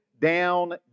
down